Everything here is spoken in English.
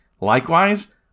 Likewise